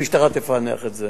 המשטרה תפענח את זה.